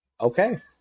okay